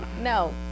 No